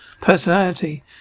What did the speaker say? personality